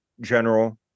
general